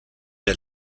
der